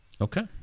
okay